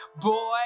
Boy